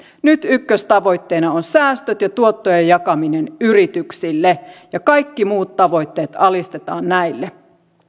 nyt ykköstavoitteena ovat säästöt ja tuottojen jakaminen yrityksille kaikki muut tavoitteet alistetaan näille